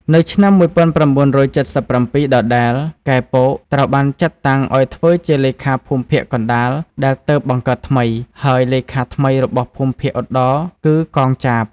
នៅឆ្នាំ១៩៧៧ ដដែល កែ ពក ត្រូវបានចាត់តាំងឱ្យធ្វើជាលេខាភូមិភាគកណ្តាលដែលទើបបង្កើតថ្មី ហើយលេខាថ្មីរបស់ភូមិភាគឧត្តរគឺ កង ចាប។